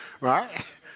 Right